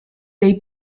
dei